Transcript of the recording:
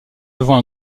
devant